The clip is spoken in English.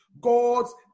God's